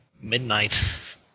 midnight